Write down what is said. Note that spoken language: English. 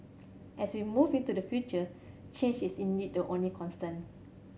as we move into the future change is indeed the only constant